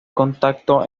contacto